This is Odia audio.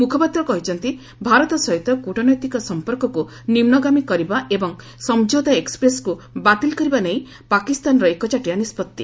ମ୍ରଖପାତ୍ର କହିଛନ୍ତି ଭାରତ ସହିତ କ୍ରଟନୈତିକ ସମ୍ପର୍କକ୍ ନିମ୍ବଗାମୀ କରିବା ଏବଂ ସମ୍ଝୌତା ଏକ୍ପ୍ରେସ୍କୁ ବାତିଲ୍ କରିବା ନେଇ ପାକିସ୍ତାନର ଏକଚାଟିଆ ନିଷ୍କତ୍ତି